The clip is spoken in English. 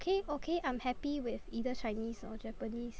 okay okay I'm happy with either Chinese or Japanese